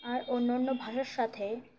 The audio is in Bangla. আর অন্য অন্য ভাষার সাথে